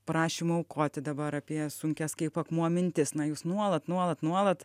prašymo aukoti dabar apie sunkias kaip akmuo mintis na jūs nuolat nuolat nuolat